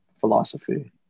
philosophy